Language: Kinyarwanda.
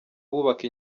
bubaka